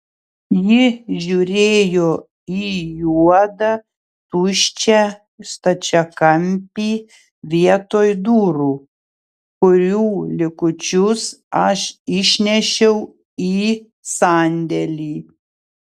ji žiūrėjo į juodą tuščią stačiakampį vietoj durų kurių likučius aš išnešiau į sandėlį